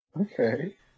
Okay